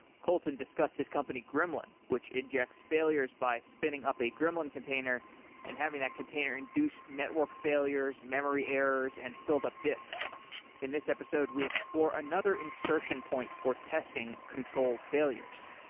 kolton discussed his company gremlin, which injects failures by spinning up a gremlin container and having that container induce network failures, memory errors and filled-up disks in this episode, we explore another insertion point for testing controlled failures.